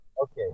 Okay